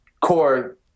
core